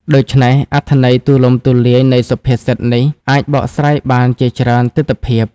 ដូច្នេះ អត្ថន័យទូលំទូលាយនៃសុភាសិតនេះអាចបកស្រាយបានជាច្រើនទិដ្ឋភាព។